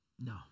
No